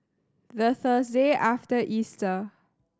the Thursday after Easter